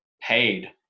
paid